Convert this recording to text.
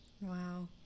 Wow